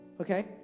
Okay